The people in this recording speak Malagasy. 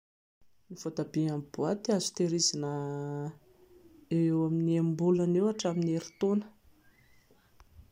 Ny voatabia amin'ny boaty azo tehirizina eo ho eo amin'ny enim-bolana eo hatramin'ny erintaona